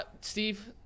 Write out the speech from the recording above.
Steve